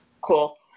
Cool